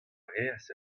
reas